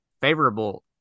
favorable